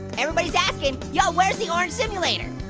everybody's asking. yo where's the orange simulator?